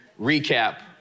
recap